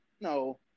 no